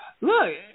look